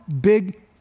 big